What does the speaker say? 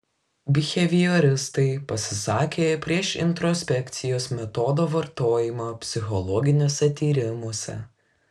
bihevioristai pasisakė prieš introspekcijos metodo vartojimą psichologiniuose tyrimuose